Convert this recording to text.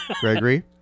Gregory